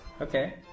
Okay